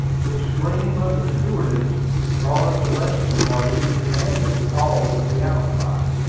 the scream of the stewardess brought up the rest of the party, who demanded the cause of the outcry.